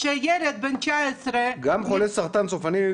כשילד בן 19 --- גם חולה סרטן סופני,